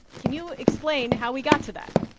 can you explain how we got to that?